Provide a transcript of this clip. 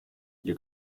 you